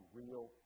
real